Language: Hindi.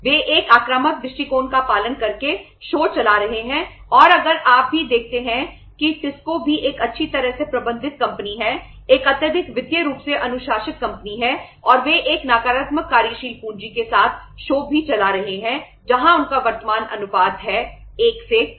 वे एक आक्रामक दृष्टिकोण का पालन करके शो भी एक अच्छी तरह से प्रबंधित कंपनी है एक अत्यधिक वित्तीय रूप से अनुशासित कंपनी है और वे एक नकारात्मक कार्यशील पूंजी के साथ शो भी चला रहे हैं जहां उनका वर्तमान अनुपात है 1 से कम